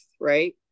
right